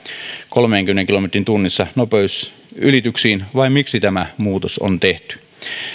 kolmenkymmenen kilometrin tunnissa nopeusylityksiin vai miksi tämä muutos on tehty